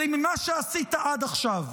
אלא ממה שעשית עד עכשיו.